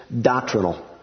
doctrinal